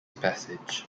passage